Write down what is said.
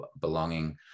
belonging